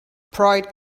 pride